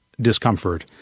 discomfort